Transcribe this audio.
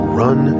run